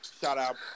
Shout-out